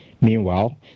Meanwhile